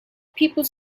people